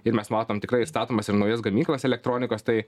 ir mes matom tikrai statomas ir naujas gamyklas elektronikos tai